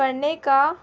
پڑھنے کا